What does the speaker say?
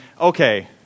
okay